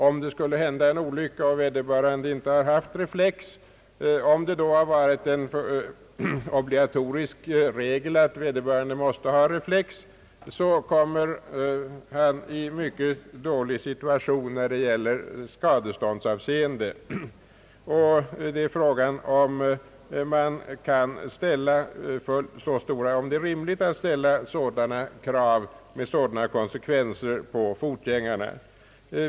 Om det skulle inträffa en olycka och vederbörande fotgängare inte haft reflex kommer han — med en obligatorisk regel härom — i en mycket ogynnsam situation i skadeståndsavseende, och det är tveksamt huruvida det är rimligt att ställa krav med sådana konsekvenser på fotgängarna.